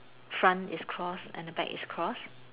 front is cross and the back is cross